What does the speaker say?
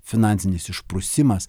finansinis išprusimas